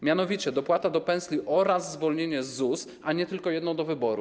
Mianowicie, dopłata do pensji oraz zwolnienie z ZUS, a nie tylko jedno do wyboru.